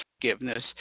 forgiveness